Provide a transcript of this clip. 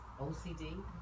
OCD